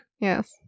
Yes